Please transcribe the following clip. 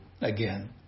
again